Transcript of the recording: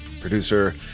producer